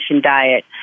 diet